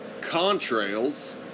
contrails